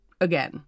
again